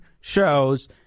shows